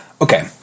okay